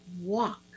walk